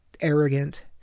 Arrogant